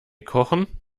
kochen